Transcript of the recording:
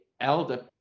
elder